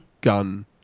gun